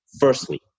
Firstly